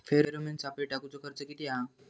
Pheromone सापळे टाकूचो खर्च किती हा?